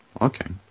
Okay